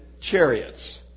chariots